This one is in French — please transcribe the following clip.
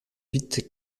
huit